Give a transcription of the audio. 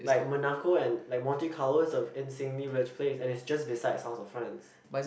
like Monaco and like Monte-Carlo is a insanely rich place and it's just beside South of France